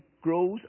grows